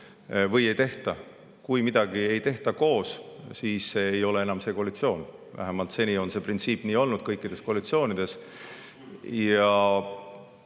või ei tehta üldse. Kui midagi ei tehta koos, siis ei ole see enam see koalitsioon. Vähemalt seni on see printsiip olnud kõikides koalitsioonides. Ütleme